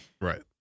Right